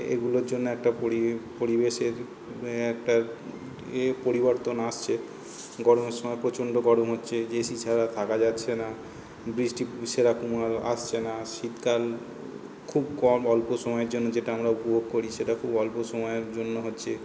এগুলোর জন্য একটা পরি পরিবেশের একটা এ পরিবর্তন আসচ্ছে গরমের সময় প্রচণ্ড গরম হচ্ছে যে এসি ছাড়া থাকা যাচ্ছে না বৃষ্টি সেরকমভাবে আসছে না শীতকাল খুব কম অল্প সময়ের জন্য যেটা আমরা উপভোগ করি সেটা খুব অল্প সময়ের জন্য হচ্ছে